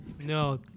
No